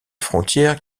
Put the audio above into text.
frontières